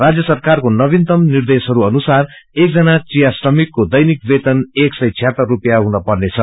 राजय सरकारको नवीनतम निर्देशहरू अनुसार एकजना चिया श्रमिककाके दैनिक वेतन एक सय टयातर रूपियाँ हुन पन्नेछ